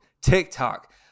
TikTok